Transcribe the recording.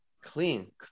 clean